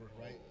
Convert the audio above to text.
right